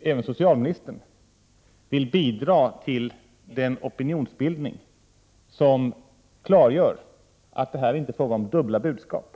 även socialministern nu vill bidra till den opinionsbildning där det klargörs att det inte är fråga om dubbla budskap.